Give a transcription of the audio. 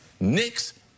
Knicks